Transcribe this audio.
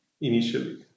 initially